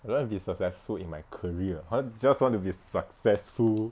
I don't have to be successful in my career I just want to be successful